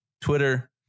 Twitter